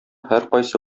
һәркайсы